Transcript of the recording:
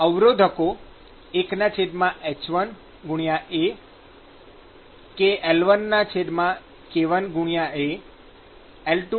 અને અવરોધકો 1h1AL1k1AL2k2AL3k3A1h2A